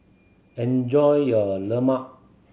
enjoy your lemang